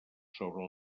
sobre